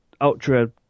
ultra